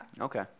Okay